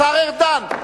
השר ארדן,